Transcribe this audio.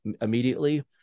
immediately